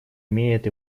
имеет